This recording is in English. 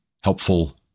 helpful